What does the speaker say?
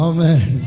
Amen